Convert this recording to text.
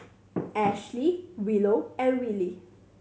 Ashley Willow and Willy